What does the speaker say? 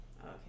okay